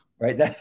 right